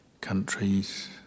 countries